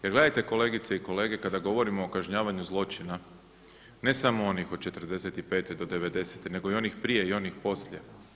Jer gledajte kolegice i kolege kada govorimo o kažnjavanju zločina ne samo onih od '45. do devedesete nego i onih prije i onih poslije.